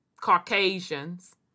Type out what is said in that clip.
Caucasians